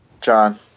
John